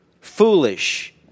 Foolish